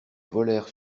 volèrent